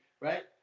right